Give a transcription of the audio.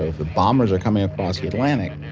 the bombers are coming across the atlantic,